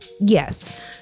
yes